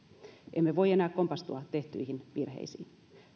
emme voi enää kompastua tehtyihin virheisiin